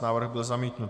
Návrh byl zamítnut.